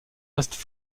restes